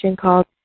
called